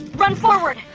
run forward!